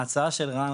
ההצעה של רן,